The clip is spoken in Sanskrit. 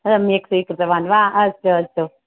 सम्यक् स्वीकृतवान् वा अस्तु अस्तु